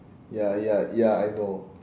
ya ya ya I know